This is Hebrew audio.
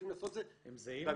יודעים לעשות את זה במיידי.